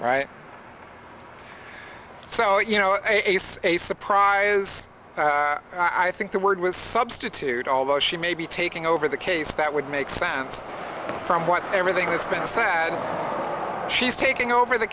right so you know ace a surprise i think the word with substitute although she may be taking over the case that would make sense from what everything that's been said she's taking over the